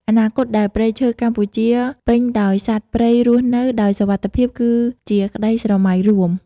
អនាគតដែលព្រៃឈើកម្ពុជាពេញដោយសត្វព្រៃរស់នៅដោយសុវត្ថិភាពគឺជាក្តីស្រមៃរួម។